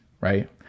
right